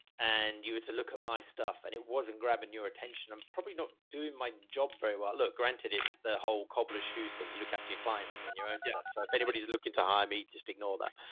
and you were to look at my stuff and it wasn't grabbing your attention. i'm probably not doing my job very well. look, granted, it's the whole cobbler's shoes thing. you look after your clients and then your own stuff. yeah so if anybody's looking to hire me, just ignore that.